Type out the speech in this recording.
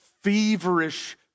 feverish